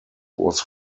was